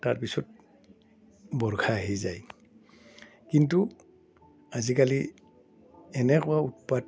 তাৰপিছত বৰ্ষা আহি যায় কিন্তু আজিকালি এনেকুৱা উৎপাত